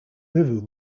river